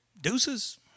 deuces